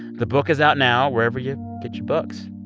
the book is out now wherever you get your books.